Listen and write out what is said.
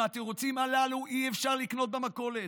עם התירוצים הללו אי-אפשר לקנות במכולת.